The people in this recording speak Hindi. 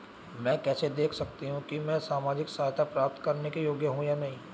मैं कैसे देख सकती हूँ कि मैं सामाजिक सहायता प्राप्त करने के योग्य हूँ या नहीं?